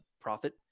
profit